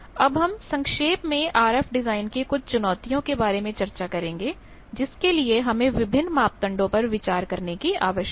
अब हम संक्षेप में RF डिज़ाइन की कुछ चुनौतियाँ के बारे में चर्चा करेंगे जिसके लिए हमें विभिन्न मापदंडों पर विचार करने की आवश्यकता है